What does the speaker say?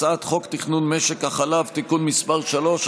הצעת חוק תכנון משק החלב (תיקון מס' 3),